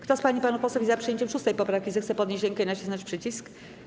Kto z pań i panów posłów jest za przyjęciem 6. poprawki, zechce podnieść rękę i nacisnąć przycisk.